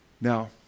Now